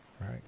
right